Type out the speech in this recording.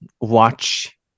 watch